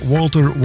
Walter